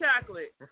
chocolate